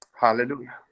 Hallelujah